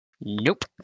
Nope